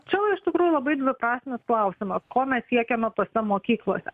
čia jau iš tikrųjų labai dviprasmis klausimas ko mes siekiame tose mokyklose